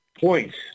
points